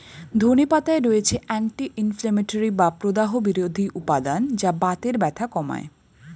ধনে পাতায় রয়েছে অ্যান্টি ইনফ্লেমেটরি বা প্রদাহ বিরোধী উপাদান যা বাতের ব্যথা কমায়